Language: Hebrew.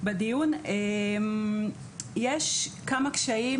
יש כמה קשיים